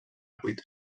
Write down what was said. cuita